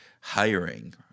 hiring